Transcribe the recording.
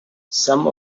some